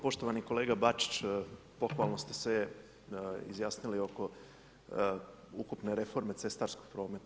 Poštovani kolega Bačić, pohvalno ste se izjasnili oko ukupne reforme cestarskog prometa.